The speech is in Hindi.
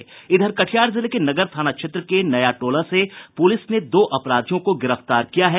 कटिहार जिले के नगर थाना क्षेत्र के नया टोला से पूलिस ने दो अपराधियों को गिरफ्तार किया है